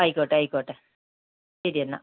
ആയിക്കോട്ടെ ആയിക്കോട്ടെ ശരി എന്നാൽ